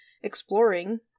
exploring